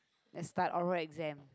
they start oral exam